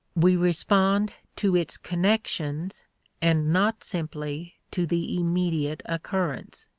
we respond to its connections and not simply to the immediate occurrence.